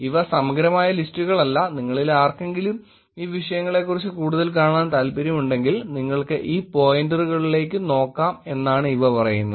ഇവ സമഗ്രമായ ലിസ്റ്റുകളല്ല നിങ്ങളിൽ ആർക്കെങ്കിലും ഈ വിഷയങ്ങളെക്കുറിച്ച് കൂടുതൽ കാണാൻ താൽപ്പര്യമുണ്ടെങ്കിൽ നിങ്ങൾക്ക് ഈ പോയിന്ററുകളിലേക്ക് നോക്കാം എന്നാണ് ഇവ പറയുന്നത്